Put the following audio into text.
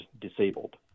disabled